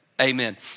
amen